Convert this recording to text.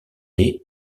est